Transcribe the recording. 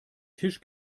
tisch